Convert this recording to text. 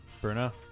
Bruno